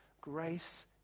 grace